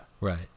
Right